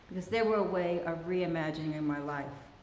because they were a way of reimagining and my life.